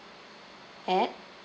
at